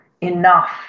enough